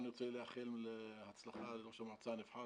אני רוצה לאחל הצלחה לראש המועצה הנבחר